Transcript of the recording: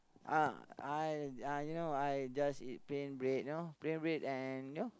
uh I I you know I just eat plain bread you know plain bread and you know